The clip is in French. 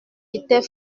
était